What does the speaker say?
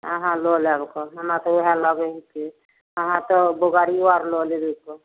अहाँ लऽ लेब ओकर हमरा तऽ वएह लाबै हइके अहाँ तऽ बुआरिओ आओर लऽ लेबै गऽ